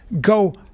go